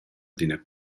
d’ina